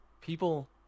people